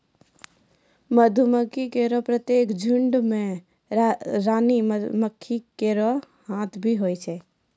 मधुमक्खी केरो प्रत्येक झुंड में रानी मक्खी केरो साथ भी होय छै